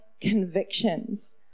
convictions